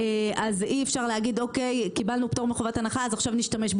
אז אי אפשר להגיד שקיבלנו פטור מחובת הנחה ועכשיו נשתמש בו